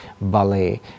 ballet